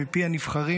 מפי הנבחרים,